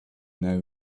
now